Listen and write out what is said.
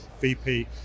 VP